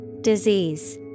Disease